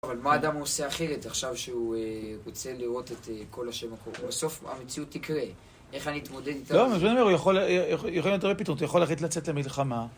אבל מה אדם עושה אחרת עכשיו שהוא רוצה לראות את כל אשר קורה? בסוף המציאות תקרה, איך אני אתמודד איתה? לא, מה שאני אומר, יכול להיות הרבה פתרונות. אתה יכול להחליט לצאת למלחמה.